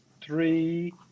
three